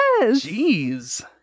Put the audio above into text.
Jeez